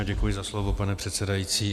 Děkuji za slovo, pane předsedající.